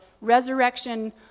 resurrection